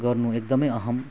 गर्नु एकदम अहम्